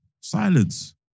silence